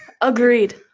Agreed